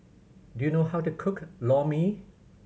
do you know how to cook Lor Mee